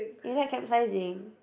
you like capsizing